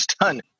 done